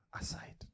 aside